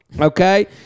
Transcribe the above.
Okay